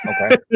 Okay